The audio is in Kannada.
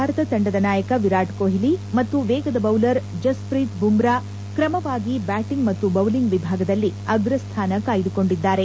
ಭಾರತ ತಂಡದ ನಾಯಕ ವಿರಾಟ್ ಕೊಹ್ಲಿ ಮತ್ತು ವೇಗದ ಬೌಲರ್ ಜಸ್ನೀತ್ ಬುಮ್ರಾ ಕ್ರಮವಾಗಿ ಬ್ಯಾಟಿಂಗ್ ಮತ್ತು ಬೌಲಿಂಗ್ ವಿಭಾಗದಲ್ಲಿ ಅಗ್ರಸ್ಥಾನ ಕಾಯ್ದುಕೊಂಡಿದ್ದಾರೆ